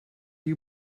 you